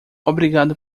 obrigado